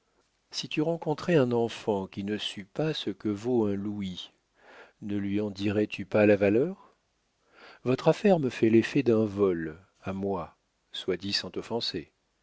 si tu rencontrais un enfant qui ne sût pas ce que vaut un louis ne lui en dirais-tu pas la valeur votre affaire me fait l'effet d'un vol à moi soit dit sans